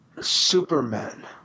Superman